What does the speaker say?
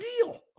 deal